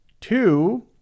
Two